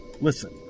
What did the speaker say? Listen